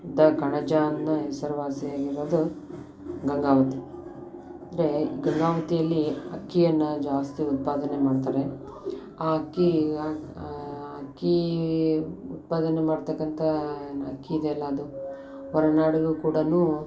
the ಕಣಜ ಅನ್ನೋ ಹೆಸರುವಾಸಿಯಾಗಿರೋದು ಗಂಗಾವತಿ ಅಂದರೆ ಗಂಗಾವತಿಯಲ್ಲಿ ಅಕ್ಕಿಯನ್ನು ಜಾಸ್ತಿ ಉತ್ಪಾದನೆ ಮಾಡ್ತಾರೆ ಆ ಅಕ್ಕಿ ಈಗ ಅಕ್ಕಿ ಉತ್ಪಾದನೆ ಮಾಡ್ತಕ್ಕಂತ ಏನು ಅಕ್ಕಿ ಇದೆಲ್ಲ ಅದು ಹೊರನಾಡಿಗು ಕೂಡ